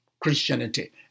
Christianity